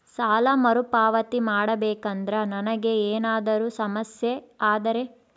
ಸಾಲ ಮರುಪಾವತಿ ಮಾಡಬೇಕಂದ್ರ ನನಗೆ ಏನಾದರೂ ಸಮಸ್ಯೆ ಆದರೆ?